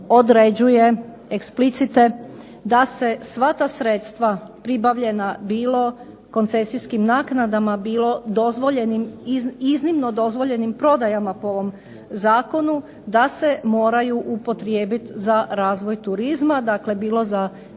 određuje explicite da se sva ta sredstva pribavljena bilo koncesijskim naknadama, bilo dozvoljenim, iznimno dozvoljenim prodajama po ovom zakonu, da se moraju upotrijebiti za razvoj turizma. Dakle, bilo za